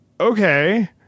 okay